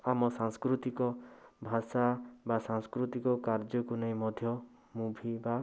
ଆମ ସାଂସ୍କୃତିକ ଭାଷା ବା ସାଂସ୍କୃତିକ କାର୍ଯ୍ୟକୁ ନେଇ ମଧ୍ୟ ମୁଭି ବା